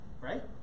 Right